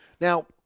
Now